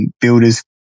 builders